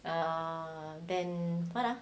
err then what lah